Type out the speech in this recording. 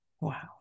wow